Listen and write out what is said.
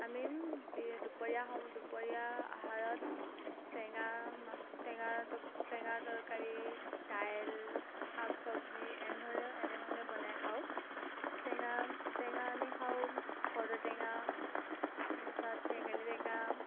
আমি দি দুপৰীয়া দুপৰীয়া আহাৰত টেঙা টেঙা টেঙাৰ তৰকাৰী দাইল শাক চবজি এনেধৰণে এনেধৰণে বনাই খাওঁ টেঙা টেঙা আমি খাওঁ কৰ্দই টেঙা তাৰছত চেঙেলি টেঙা